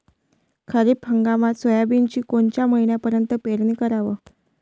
खरीप हंगामात सोयाबीनची कोनच्या महिन्यापर्यंत पेरनी कराव?